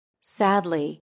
Sadly